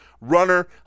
runner